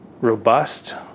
robust